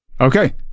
Okay